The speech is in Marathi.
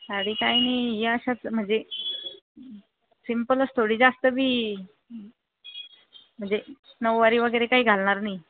साडी काही नाही या अशाच म्हणजे सिम्पलच थोडी जास्तबी म्हणजे नऊवारी वगैरे काही घालणार नाही